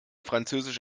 französisch